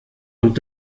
und